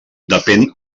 depèn